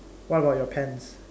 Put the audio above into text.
what about your pants